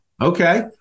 Okay